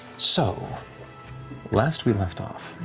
so last we left off,